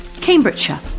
Cambridgeshire